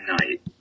night